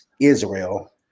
Israel